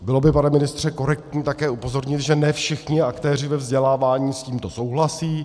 Bylo by, pane ministře, korektní také upozornit, že ne všichni aktéři ve vzdělávání s tímto souhlasí.